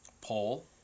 poll